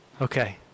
Okay